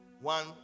One